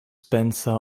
spencer